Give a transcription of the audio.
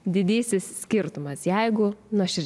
didysis skirtumas jeigu nuošird